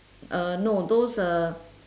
uh no those uh